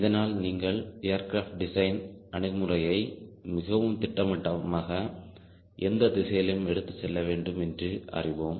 இதனால் நீங்கள் aircraft design அணுகுமுறையை மிகவும் திட்டவட்டமாக எந்த திசையில் எடுத்துச் செல்ல வேண்டும் என்று அறிவோம்